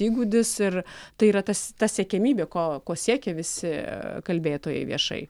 įgūdis ir tai yra tas ta siekiamybė ko ko siekia visi kalbėtojai viešai